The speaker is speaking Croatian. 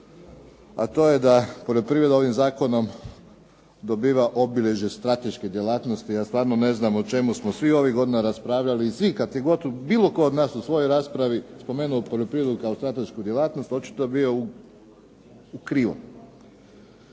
a to je da poljoprivreda ovim zakonom dobiva obilježje strateške djelatnosti. Ja stvarno ne znam o čemu smo svih ovih godina raspravljali i svi kad je god bilo tko od nas u svojoj raspravi spomenuo poljoprivredu kao stratešku djelatnost, očito bio u krivom.